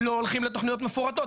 לא הולכים לתכניות מפורטות,